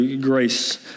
grace